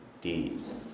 deeds